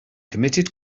committed